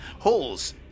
Holes